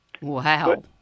Wow